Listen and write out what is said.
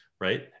right